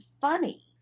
funny